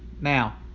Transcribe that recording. Now